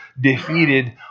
defeated